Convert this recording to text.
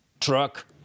truck